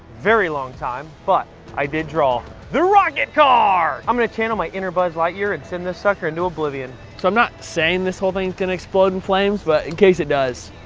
very long time. but i did draw the rocket car! i'm going to channel my inner buzz lightyear and send this sucker into oblivion. so i'm not saying this whole thing's going to explode in flames, but in case it does,